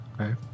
Okay